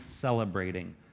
celebrating